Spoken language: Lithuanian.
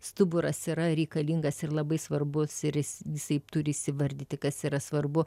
stuburas yra reikalingas ir labai svarbus ir jis visaip turi įsivardyti kas yra svarbu